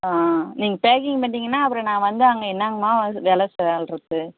ஆ நீங்கள் பேக்கிங் பண்ணிடீங்கன்னா அப்புறம் நான் வந்து அங்கே என்னாங்கம்மா வில சொல்லுறது